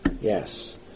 Yes